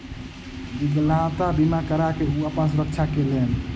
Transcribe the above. विकलांगता बीमा करा के ओ अपन सुरक्षा केलैन